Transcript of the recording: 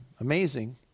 amazing